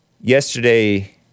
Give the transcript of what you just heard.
yesterday